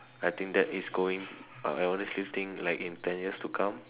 I think that is going I honestly think like in ten years to come